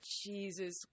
Jesus